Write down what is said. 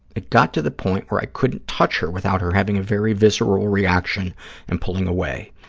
it got to the point where i couldn't touch her without her having a very visceral reaction and pulling away.